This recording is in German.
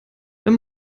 wenn